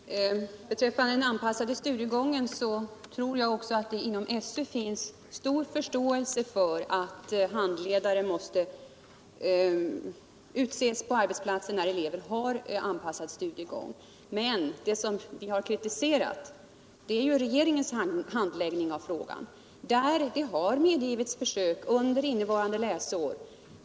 Herr talman! Beträffande den anpassade studiegången tror jag alt det inom skolöverstyrelsen finns stor förståelse för att handledare måste utses på arbetsplatserna när elever har anpassad studiegång, men vad vi har kritiserat är ju regeringens handläggning av frågan, när regeringen har medgivit sådana försök under innevarande läsår.